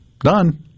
done